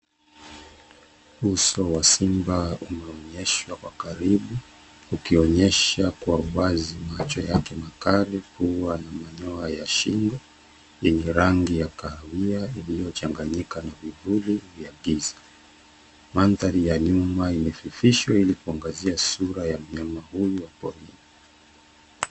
Uso wa simba umeonyeshwa kwa karibu, ukionyesha kwa wazi macho yake makali, pua, na manyonya ya shingo, yenye rangi ya kahawia yaliyochanganyika na vivuli vya giza. Mandhari ya nyuma imefifishwa ili kuangazia sura ya mnyama huyu wa porini.